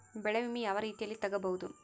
ಬೆಳೆ ವಿಮೆ ಯಾವ ರೇತಿಯಲ್ಲಿ ತಗಬಹುದು?